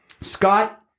Scott